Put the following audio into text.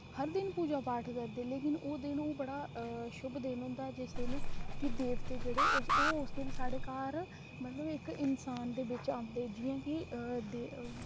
हर दिन पूजा पाठ करदे लेकिन ओह् दिन ओह् बड़ा शुभ दिन होंदा जिस दिन कि देवते जेह्ड़े ओह् उस दिन साढ़े घर मतलब इक इंसान दे बिच औंदे जि'यां कि दे